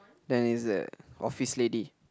ya it's a office lady